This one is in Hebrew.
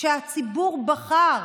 שהציבור בחר.